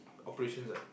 operations ah